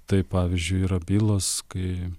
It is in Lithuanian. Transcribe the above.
tai pavyzdžiui yra bylos kai